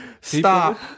stop